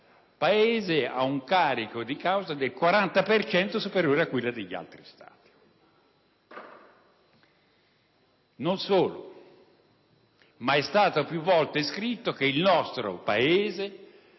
Paese ha un carico di cause del 40 per cento superiore a quello degli altri Stati. Non solo: è stato più volte scritto che il nostro Paese